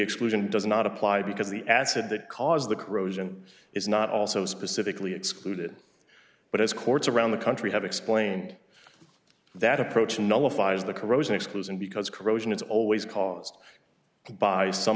exclusion does not apply because the acid that caused the corrosion is not also specifically excluded but as courts around the country have explained that approach nullifies the corrosion exclusion because corrosion is always caused to buy some